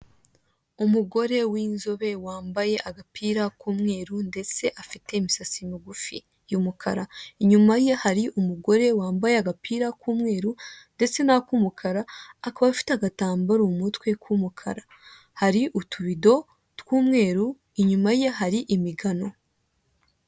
Umugore w'inzobe wambaye agapira k'umweru ndetse afite imisatsi migufi y'umukara. Inyuma ye hari umugore wambaye agapira k'umweru ndetse n'ak'umukara, akaba afite agatambaro mu mutwe k'umukara. Hari utubido tw'umweru, inyuma ye hari imigano.